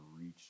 reach